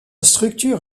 structure